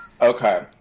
okay